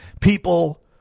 People